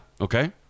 Okay